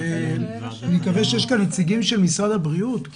אני מקווה שיש כאן נציגים של משרד הבריאות.